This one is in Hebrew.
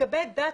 לגבי דת,